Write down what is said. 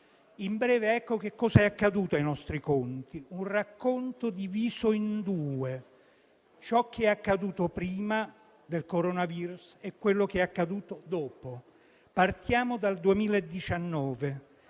In breve, ecco cos'è accaduto ai nostri conti: un racconto diviso in due, tra ciò che è accaduto prima del coronavirus e quello che è accaduto dopo. Partiamo dal 2019.